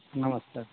नमस्ते